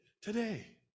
today